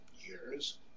years